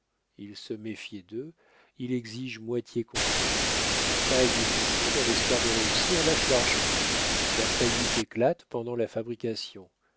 il se méfiait d'eux il exige moitié comptant faille et bouchot dans l'espoir de réussir lâchent l'argent la faillite éclate pendant la fabrication